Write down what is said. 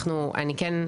אני כן,